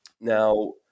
Now